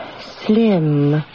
slim